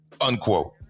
unquote